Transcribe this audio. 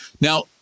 Now